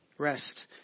Rest